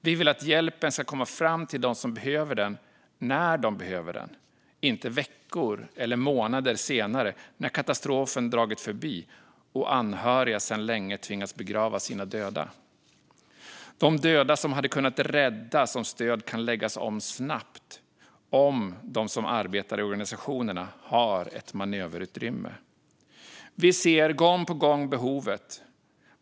Vi vill att hjälpen ska komma fram till dem som behöver den när de behöver den - inte veckor eller månader senare när katastrofen har dragit förbi och anhöriga sedan länge har tvingats begrava sina döda, som hade kunnat räddas om stöd hade kunnat läggas om snabbt och om de som arbetar i organisationerna hade haft ett manöverutrymme. Vi ser gång på gång behovet.